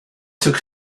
took